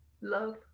love